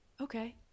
okay